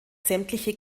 sämtliche